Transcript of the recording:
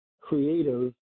creative